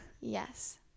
yes